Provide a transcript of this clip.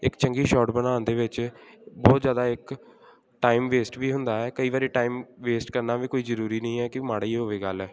ਇੱਕ ਚੰਗੀ ਸ਼ੋਟ ਬਣਾਉਣ ਦੇ ਵਿੱਚ ਬਹੁਤ ਜ਼ਿਆਦਾ ਇੱਕ ਟਾਈਮ ਵੇਸਟ ਵੀ ਹੁੰਦਾ ਹੈ ਕਈ ਵਾਰੀ ਟਾਈਮ ਵੇਸਟ ਕਰਨਾ ਵੀ ਕੋਈ ਜ਼ਰੂਰੀ ਨਹੀਂ ਹੈ ਕਿ ਮਾੜਾ ਹੀ ਹੋਵੇ ਗੱਲ